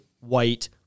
white